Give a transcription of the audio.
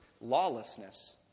lawlessness